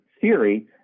theory